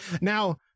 Now